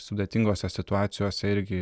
sudėtingose situacijose irgi